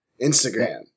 Instagram